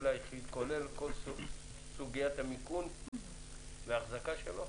כולל כל סוגיית המיגון והאחזקה שלו?